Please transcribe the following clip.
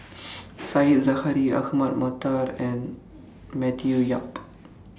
Said Zahari Ahmad Mattar and Matthew Yap